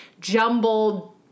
jumbled